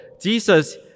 Jesus